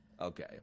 Okay